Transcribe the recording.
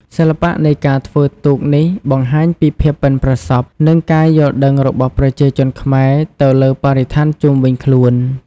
សិល្បៈនៃការធ្វើទូកនេះបង្ហាញពីភាពប៉ិនប្រសប់និងការយល់ដឹងរបស់ប្រជាជនខ្មែរទៅលើបរិស្ថានជុំវិញខ្លួន។